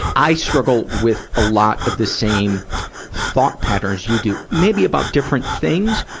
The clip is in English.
i struggle with a lot of the same thought patterns you do, maybe about different things.